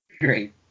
great